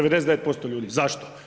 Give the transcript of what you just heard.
99% ljudi, zašto?